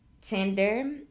Tinder